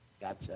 Gotcha